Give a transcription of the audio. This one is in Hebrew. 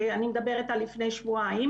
אני מדברת על לפני שבועיים.